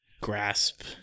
grasp